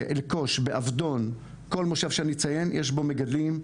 באלכוש, באבדון, כל מושב שאני אציין יש בו מגדלים,